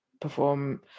perform